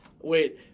wait